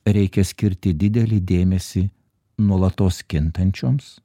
reikia skirti didelį dėmesį nuolatos kintančioms